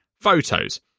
photos